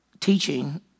teaching